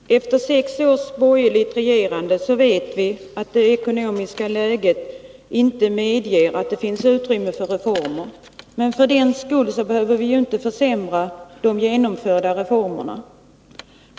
Herr talman! Efter sex års borgerligt regerande vet vi att det ekonomiska läget inte medger utrymme för reformer, men för den skull behöver vi inte försämra de genomförda reformerna.